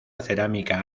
cerámica